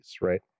right